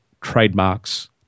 trademarks